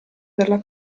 della